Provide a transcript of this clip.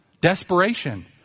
Desperation